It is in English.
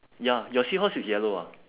ya your seahorse is yellow ah